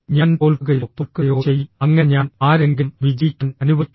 ഞാൻ തോൽക്കുകയോ തോൽക്കുകയോ ചെയ്യും അങ്ങനെ ഞാൻ ആരെയെങ്കിലും വിജയിക്കാൻ അനുവദിക്കും